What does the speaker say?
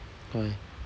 why